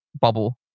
bubble